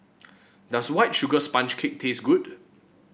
does White Sugar Sponge Cake taste good